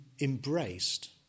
embraced